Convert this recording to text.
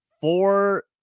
four